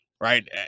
right